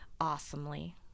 awesomely